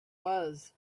was